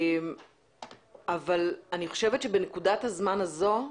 אבל אני חושבת שבנקודת הזמן הזו,